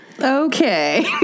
Okay